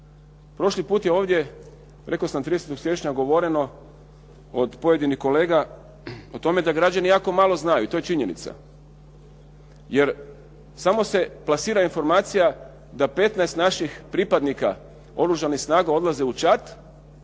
Prošli put je ovdje, rekao sam 30. siječnja govoreno od pojedinih kolega o tome da građani jako malo znaju i to je činjenica. Jer samo se plasira informacija da 15 naših pripadnika Oružanih snaga odlaze u Čad